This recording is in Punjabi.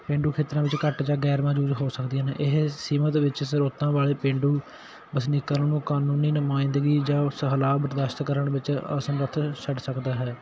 ਪੇਂਡੂ ਖੇਤਰਾਂ ਵਿੱਚ ਘੱਟ ਜਾਂ ਗੈਰ ਮੌਜੂਦ ਹੋ ਸਕਦੀਆਂ ਨੇ ਇਹ ਸੀਮਿਤ ਵਿੱਚ ਸਰੋਤਾਂ ਵਾਲੇ ਪੇਂਡੂ ਵਸਨੀਕਾਂ ਨੂੰ ਕਾਨੂੰਨੀ ਨੁਮਾਇੰਦਗੀ ਜਾਂ ਉਸ ਬਰਦਾਸ਼ਤ ਕਰਨ ਵਿੱਚ ਅਸਮਰਥ ਛੱਡ ਸਕਦਾ ਹੈ